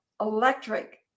electric